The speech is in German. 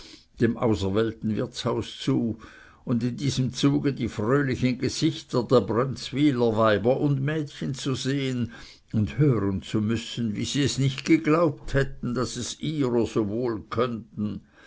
dem auserwählten wirtshaus zu und in diesem zuge die fröhlichen gesichter der brönzwyler weiber und mädchen zu sehen und hören zu müssen wie sie es nicht geglaubt hätten daß es ihrer so wohl könnten